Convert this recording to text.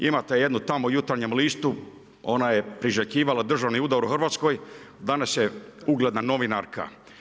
Imate jednu tamo u Jutarnjem listu, ona je priželjkivala državni udar u Hrvatskoj, a danas je ugledna novinarka.